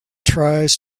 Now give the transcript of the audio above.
tries